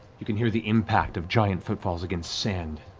you can hear the impact of giant footfalls against sand